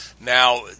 Now